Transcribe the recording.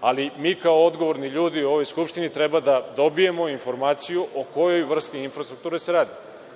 ali mi kao odgovorni ljudi u Skupštini treba da dobijemo informaciju o kojoj vrsti infrastrukture se radi? Ja